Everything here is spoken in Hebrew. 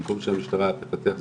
במקום שהמשטרה תפתח זה,